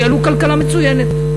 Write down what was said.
ניהלו כלכלה מצוינת,